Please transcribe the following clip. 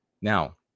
Now